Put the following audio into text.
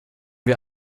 wir